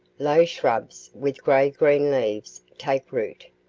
low shrubs with grey-green leaves take root,